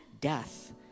death